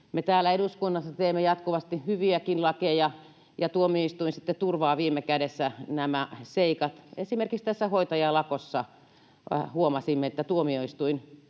Me täällä eduskunnassa teemme jatkuvasti hyviäkin lakeja, ja tuomioistuin sitten turvaa viime kädessä nämä seikat. Esimerkiksi tässä hoitajalakossa huomasimme, että tuomioistuin